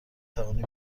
توانی